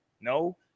No